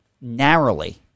Narrowly